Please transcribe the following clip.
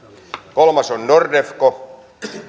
kolmas on nordefco